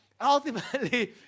Ultimately